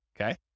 okay